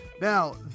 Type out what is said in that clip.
Now